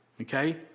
okay